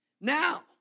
Now